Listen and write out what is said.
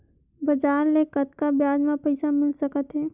बजार ले कतका ब्याज म पईसा मिल सकत हे?